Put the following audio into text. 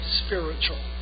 spiritual